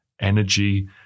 energy